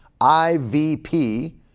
IVP